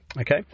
Okay